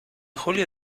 julio